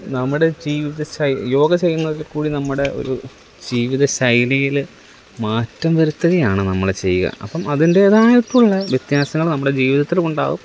നമ്മുടെ ജീവിതശൈലി യോഗ ചെയ്യുന്നതില് കൂടി നമ്മുടെ ഒരു ജീവിതശൈലിയിൽ മാറ്റം വരുത്തുകയാണ് നമ്മൾ ചെയ്യുക അപ്പം അതിൻ്റേതായിട്ടുള്ള വ്യത്യാസങ്ങൾ നമ്മടെ ജീവിതത്തിലും ഉണ്ടാകും